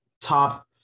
top